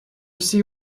see